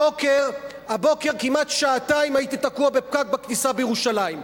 הבוקר הייתי תקוע כמעט שעתיים בפקק בכניסה לירושלים,